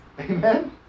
Amen